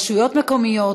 רשויות מקומיות,